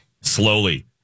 Slowly